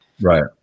right